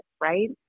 right